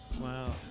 Wow